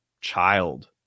child